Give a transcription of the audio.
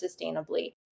sustainably